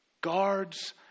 guards